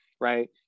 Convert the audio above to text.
right